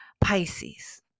Pisces